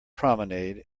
promenade